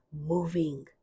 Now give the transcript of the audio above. moving